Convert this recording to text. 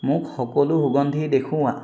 মোক সকলো সুগন্ধি দেখুওৱা